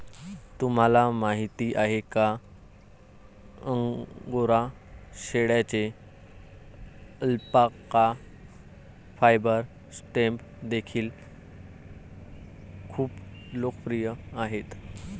तुम्हाला माहिती आहे का अंगोरा शेळ्यांचे अल्पाका फायबर स्टॅम्प देखील खूप लोकप्रिय आहेत